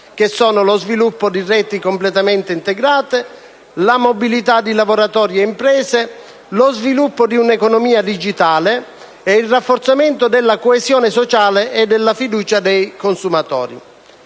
che sono: lo sviluppo di reti completamente integrate; la mobilità di lavoratori e imprese; lo sviluppo di un'economia digitale; il rafforzamento della coesione sociale e della fiducia dei consumatori.